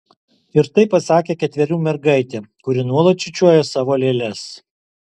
ir tai pasakė ketverių mergaitė kuri nuolat čiūčiuoja savo lėles